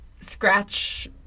Scratch